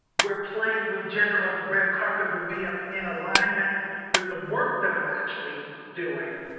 where playing with gender on the red carpet, would be ah in alignment with the work that i'm actually doing.